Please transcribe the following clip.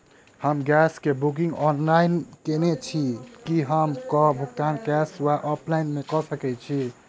हम गैस कऽ booking online केने छी, की हम बिल कऽ भुगतान कैश वा ऑफलाइन मे कऽ सकय छी?